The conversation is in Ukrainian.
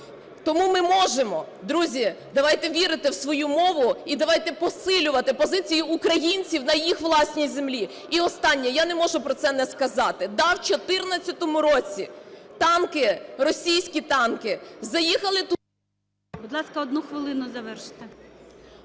Тому ми можемо. Друзі, давайте вірити в свою мову. І давайте посилювати позиції українців на їх власній землі. І останнє, я не можу про це не сказати. Да, в 14-му році танки, російські танки заїхали… ГОЛОВУЮЧИЙ. Будь ласка, одну хвилину завершити.